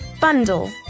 bundle